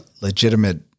legitimate